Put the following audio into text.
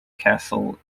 castle